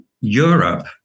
Europe